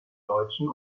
deutschen